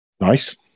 nice